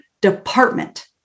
department